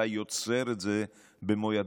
אתה יוצר את זה במו ידיך.